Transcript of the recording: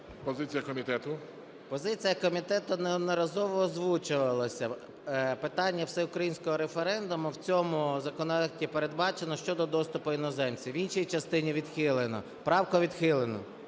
СОЛЬСЬКИЙ М.Т. Позиція комітету неодноразово озвучувалася. Питання всеукраїнського референдуму в цьому законопроекті передбачено щодо доступу іноземців, в іншій частині відхилено. Правку відхилено.